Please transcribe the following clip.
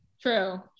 True